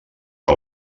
que